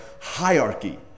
hierarchy